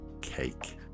cake